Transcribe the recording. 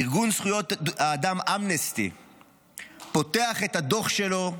ארגון זכויות האדם אמנסטי פותח את הדוח שלו,